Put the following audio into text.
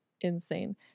insane